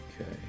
Okay